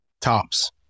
Tops